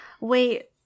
wait